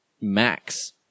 max